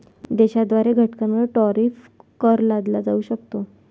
देशाद्वारे घटकांवर टॅरिफ कर लादला जाऊ शकतो